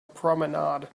promenade